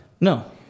No